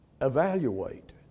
evaluate